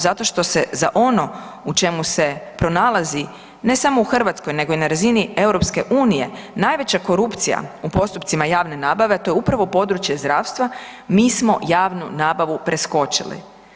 Zato što se za ono u čemu se pronalazi ne samo u Hrvatskoj nego i na razini EU najveća korupcija u postupcima javne nabave, a to je upravo područje zdravstva, mi smo javnu nabavu preskočili.